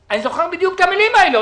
ואני זוכר בדיוק את המלים האלה,